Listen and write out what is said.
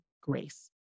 grace